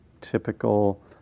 typical